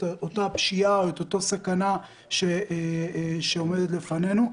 אותה פשיעה או אותה סכנה שעומדת לפנינו.